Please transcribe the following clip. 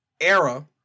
era